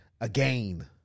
again